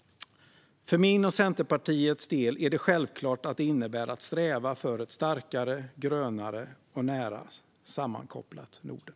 För min och Centerpartiets del är det självklart att det innebär att vi ska sträva efter ett starkare, grönare och nära sammankopplat Norden.